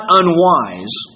unwise